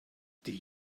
die